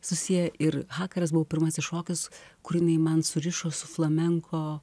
susiję ir hakaras buvo pirmasis šokis kur jinai man surišo su flamenko